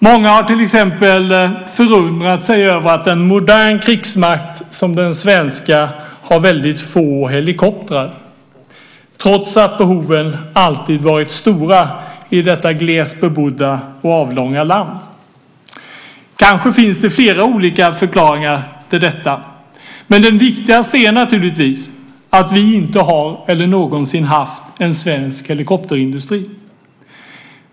Många har till exempel förundrat sig över att en modern krigsmakt som den svenska har så få helikoptrar trots att behoven alltid har varit stora i detta glest bebodda och avlånga land. Kanske finns det flera olika förklaringar till detta, men den viktigaste är naturligtvis att vi inte har och aldrig någonsin har haft en svensk helikopterindustri.